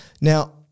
Now